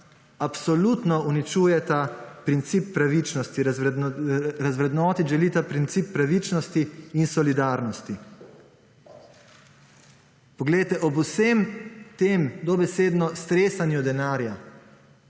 absolutno uničujeta princip pravičnosti. Razvrednotiti želita princip pravičnosti in solidarnosti. Poglejte ob vsem tem dobesedno stresanju denarja